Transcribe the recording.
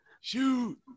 shoot